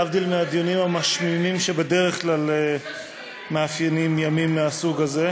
להבדיל מהדיונים המשמימים שבדרך כלל מאפיינים ימים מהסוג הזה.